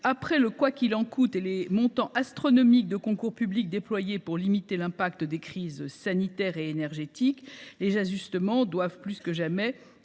Après le « quoi qu’il en coûte » et les montants astronomiques de concours publics déployés pour limiter l’impact des crises sanitaire et énergétique, les ajustements doivent, plus que jamais,